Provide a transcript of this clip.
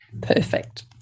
Perfect